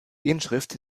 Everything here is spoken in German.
inschrift